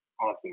Awesome